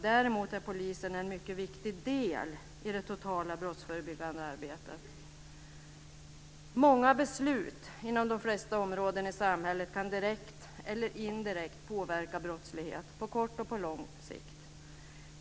Däremot är polisen en mycket viktig del i det totala brottsförebyggande arbetet. Många beslut inom de flesta områden i samhället kan direkt eller indirekt påverka brottslighet på kort och på lång sikt.